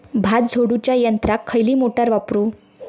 भात झोडूच्या यंत्राक खयली मोटार वापरू?